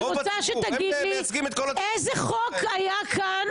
אני רוצה שתגיד לי איזה חוק היה כאן,